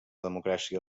democràcia